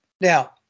Now